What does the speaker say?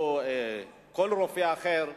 או כל רופא אחר,